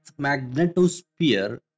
magnetosphere